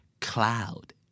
Cloud